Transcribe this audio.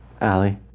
Allie